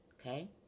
okay